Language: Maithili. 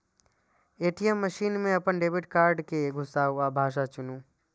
ए.टी.एम मशीन मे अपन डेबिट कार्ड कें घुसाउ आ भाषा चुनू